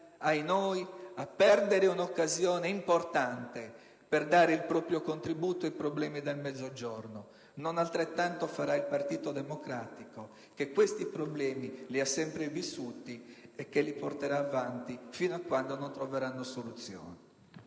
accinga a perdere un'occasione importante per dare il proprio contributo ai problemi del Mezzogiorno. Non altrettanto farà il PD, che questi problemi li ha sempre vissuti e che li porterà avanti fino a quando non troveranno soluzione.